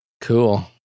cool